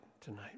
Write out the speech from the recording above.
tonight